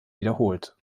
wiederholt